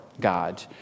God